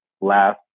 last